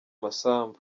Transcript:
masambu